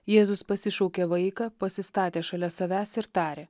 jėzus pasišaukė vaiką pasistatė šalia savęs ir tarė